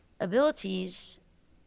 abilities